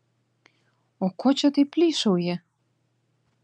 o ko čia taip plyšauji